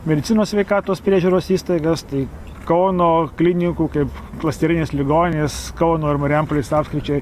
medicinos sveikatos priežiūros įstaigas tai kauno klinikų kaip klasterinės ligoninės kauno ir marijampolės apskričiai